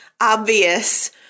obvious